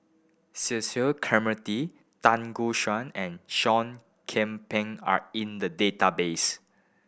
Cecil Clementi Tan Gek Suan and Seah Kian Peng are in the database